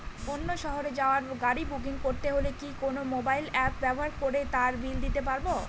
অন্য শহরে যাওয়ার গাড়ী বুকিং করতে হলে কি কোনো মোবাইল অ্যাপ ব্যবহার করে তার বিল দিতে পারব?